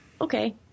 Okay